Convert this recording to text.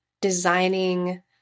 designing